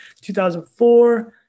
2004